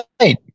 Right